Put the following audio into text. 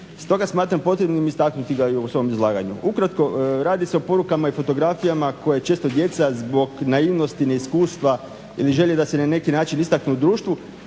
Stoga smatram potrebnim istaknuti ga i u svom izlaganju. Ukratko radi se o porukama i fotografijama koje često djeca zbog naivnosti, neiskustva ili želje da se na neki način istaknu u društvu